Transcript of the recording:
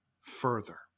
further